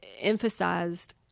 emphasized